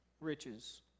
riches